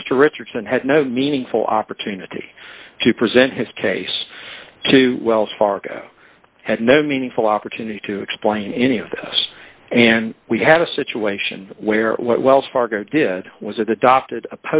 ut mr richardson had no meaningful opportunity to present his case to wells fargo had no meaningful opportunity to explain any of this and we had a situation where what wells fargo did was it adopted a